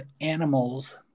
animals